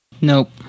Nope